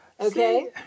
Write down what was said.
Okay